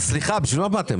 אז, סליחה, בשביל מה באתם?